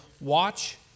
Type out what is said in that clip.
Watch